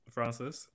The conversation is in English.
Francis